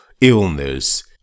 illness